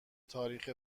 تاریخ